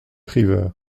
river